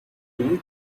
you